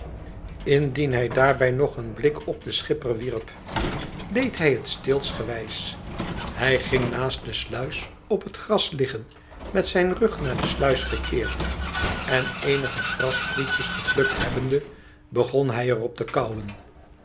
indien hij daarbij nog een blik op den schipper wierp deed hij het steelsgewijs hij ging naast de sluis op het gras liggen met zijn rug naar de sluis gekeerd en eenige grassprietjes geplukt hebbende begon hij er op te kauwen